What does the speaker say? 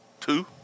two